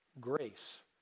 Grace